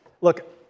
Look